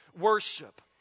worship